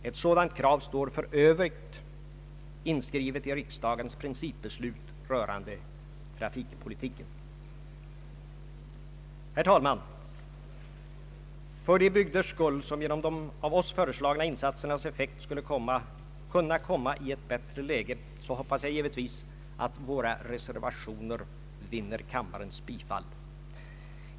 Ett sådant krav står för övrigt inskrivet i riksdagens principbeslut rörande trafikpolitiken. Herr talman! För de bygders skull som genom de av oss föreslagna insatsernas effekt skulle kunna komma i ett bättre läge hoppas jag givetvis att våra reservationer vinner kammarens bifall.